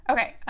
Okay